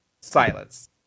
Silence